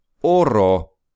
Oro